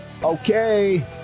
Okay